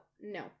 no